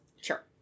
sure